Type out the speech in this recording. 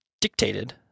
dictated